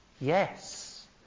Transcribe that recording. Yes